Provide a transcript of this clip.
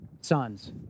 Sons